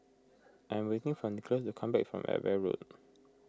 I'm waiting for Nicolas to come back from Edgware Road